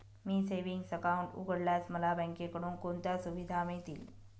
मी savings account उघडल्यास मला बँकेकडून कोणत्या सुविधा मिळतील?